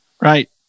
Right